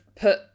put